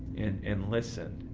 and listen,